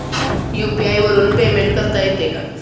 UPI वरून payment करता येते का?